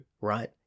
right